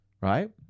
Right